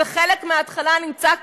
וחלק מההתחלה נמצא כאן,